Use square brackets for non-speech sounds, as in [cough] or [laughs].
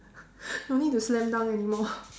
no need to slam dunk anymore [laughs]